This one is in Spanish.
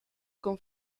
con